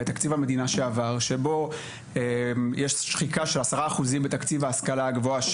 ואת תקציב המדינה שעבר שבו יש שחיקה של 10% בתקציב ההשכלה הגבוהה,